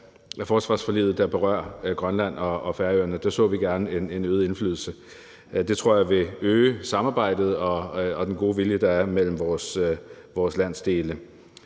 af forsvarsforliget, der berører Grønland og Færøerne. Der så vi gerne en øget indflydelse. Det tror jeg vil øge samarbejdet og den gode vilje, der er mellem vores landsdele.